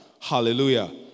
Hallelujah